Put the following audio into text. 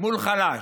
מול חלש.